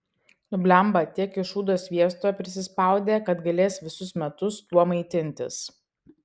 nu blemba tiek iš šūdo sviesto prisispaudė kad galės visus metus tuo maitintis